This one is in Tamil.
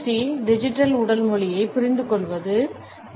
சி டிஜிட்டல் உடல் மொழியைப் புரிந்துகொள்வது டி